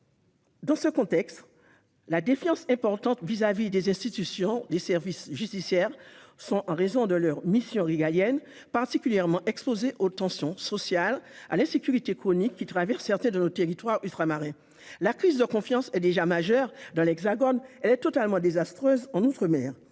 Dans un contexte de défiance importante vis-à-vis des institutions, les services judiciaires sont, en raison de leur mission régalienne, particulièrement exposés aux tensions sociales et à l'insécurité chronique que connaissent certains territoires ultramarins. La crise de confiance est majeure dans l'Hexagone ; elle est totalement désastreuse en outre-mer.